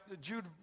Jude